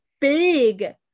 big